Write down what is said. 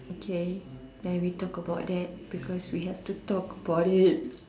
okay then we talk about that because we have to talk about it